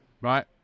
right